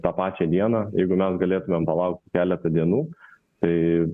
tą pačią dieną jeigu mes galėtumėm palaukt keletą dienų tai